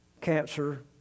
cancer